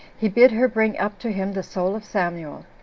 he bid her bring up to him the soul of samuel.